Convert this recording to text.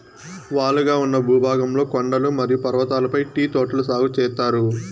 వాలుగా ఉన్న భూభాగంలో కొండలు మరియు పర్వతాలపై టీ తోటలు సాగు చేత్తారు